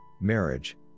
marriage